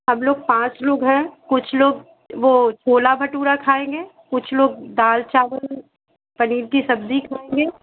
हम लोग पाँच लोग हैं कुछ लोग वह छोला भटूरा खाएँगे कुछ लोग दाल चावल पनीर की सब्ज़ी खाएँगे